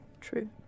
True